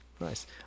nice